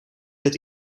het